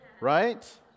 Right